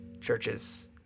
churches